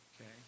Okay